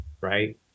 Right